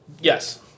Yes